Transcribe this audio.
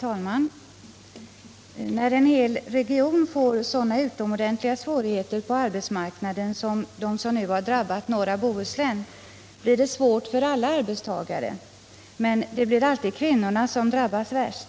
Herr talman! När en hel region får sådana utomordentliga svårigheter på arbetsmarknaden som de som nu drabbar norra Bohuslän blir det svårt för alla arbetstagare, men det blir alltid kvinnorna som drabbas hårdast.